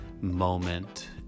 moment